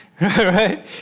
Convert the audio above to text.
Right